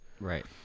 Right